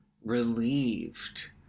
relieved